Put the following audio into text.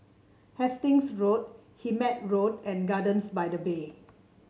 Hastings Road Hemmant Road and Gardens by the Bay